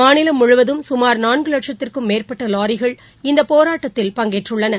மாநிலம் முழுவதும் கமார் நான்கு வட்சத்திற்கும் மேற்பட்ட வாரிகள் இந்த போராட்டத்தில் பங்கேற்றுள்ளன